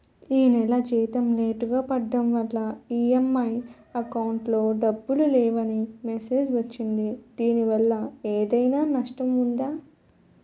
ఈ నెల జీతం లేటుగా పడటం వల్ల ఇ.ఎం.ఐ అకౌంట్ లో డబ్బులు లేవని మెసేజ్ వచ్చిందిదీనివల్ల ఏదైనా నష్టం ఉందా?